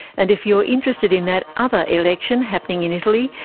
and if you're interested in that other election happening in italy,